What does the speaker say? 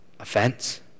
Offense